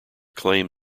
claim